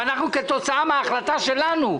וכתוצאה מן ההחלטה שלנו,